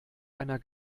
einer